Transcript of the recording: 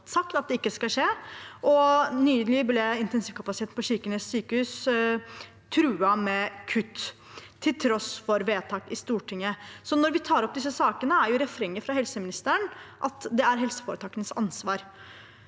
Nylig ble intensivkapasiteten på Kirkenes sykehus truet med kutt, til tross for vedtak i Stortinget. Når vi tar opp disse sakene, er refrenget fra helseministeren at det er helseforetakenes ansvar.